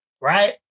Right